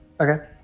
Okay